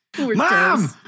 Mom